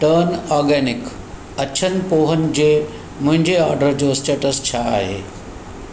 turn organic अछनि पोहनि जे मुंहिंजे ऑडर जो स्टेटस छा आहे